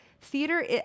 theater